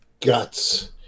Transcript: guts